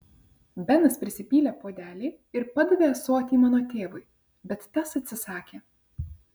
benas prisipylė puodelį ir padavė ąsotį mano tėvui bet tas atsisakė